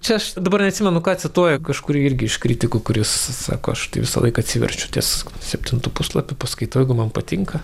čia aš dabar neatsimenu ką cituoju kažkurį irgi iš kritikų kuris sako aš tai visąlaik atsiverčiu ties septintu puslapiu paskaitau jeigu man patinka